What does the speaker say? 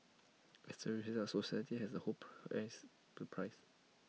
as A result society has A whole price pay price